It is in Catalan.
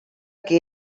que